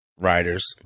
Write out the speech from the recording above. writers